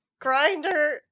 grinder